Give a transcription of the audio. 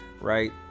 right